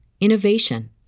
innovation